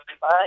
Bye